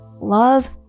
love